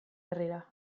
herrira